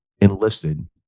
enlisted